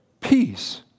peace